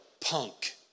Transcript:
punk